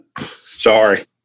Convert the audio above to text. Sorry